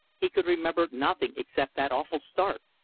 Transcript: he could remember nothing except that awful start.